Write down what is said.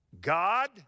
God